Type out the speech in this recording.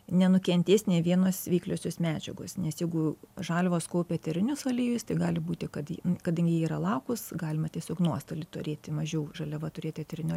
nenukentės nė vienos veikliosios medžiagos nes jeigu žaliavos kaupia eterinius aliejus tai gali būti kad kadangi jie yra lakūs galima tiesiog nuostolį turėti mažiau žaliava turėti eterinio